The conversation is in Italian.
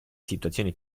situazione